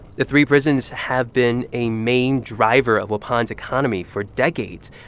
the three prisons have been a main driver of waupun's economy for decades.